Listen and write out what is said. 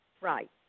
right